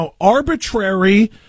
arbitrary